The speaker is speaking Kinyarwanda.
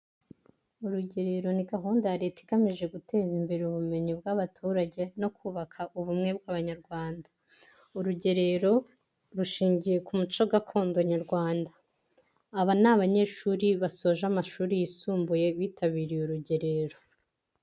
Urugerero ni gahunda ya leta igamije guteza imbere ubumenyi bw'abaturage no kubaka ubumwe bw'abanyarwanda urugerero rushingiye ku muco gakondo nyarwanda, aba ni abanyeshuri basoje amashuri yisumbuye bitabiriye urugerero.